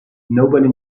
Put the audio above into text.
nobody